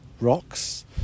rocks